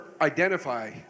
identify